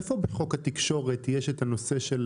איפה בחוק התקשורת יש את הנושא של